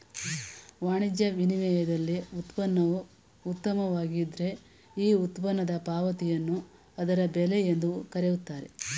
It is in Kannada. ವಾಣಿಜ್ಯ ವಿನಿಮಯದಲ್ಲಿ ಉತ್ಪನ್ನವು ಉತ್ತಮವಾಗಿದ್ದ್ರೆ ಈ ಉತ್ಪನ್ನದ ಪಾವತಿಯನ್ನು ಅದರ ಬೆಲೆ ಎಂದು ಕರೆಯುತ್ತಾರೆ